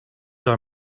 are